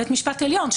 בית משפט עליון,